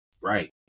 Right